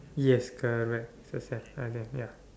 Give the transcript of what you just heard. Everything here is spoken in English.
yes correct suspect I think ya